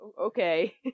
okay